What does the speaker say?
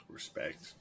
Respect